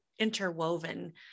interwoven